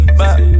back